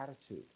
attitude